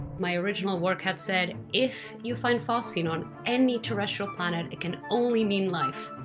my original work had said, if you find phosphine on any terrestrial planet, it can only mean life.